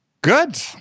Good